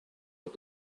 get